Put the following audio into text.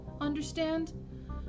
understand